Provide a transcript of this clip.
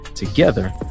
Together